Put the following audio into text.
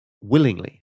willingly